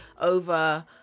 over